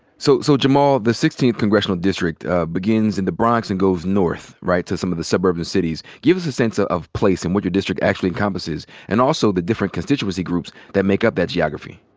so so jamaal, the sixteenth congressional district begins in the bronx and goes north, right, to some of the suburbs and cities. give us a sense ah of place and what your district actually encompasses and also the different constituency groups that make up that geography.